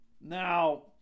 Now